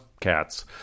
cats